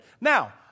now